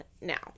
now